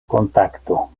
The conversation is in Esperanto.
kontakto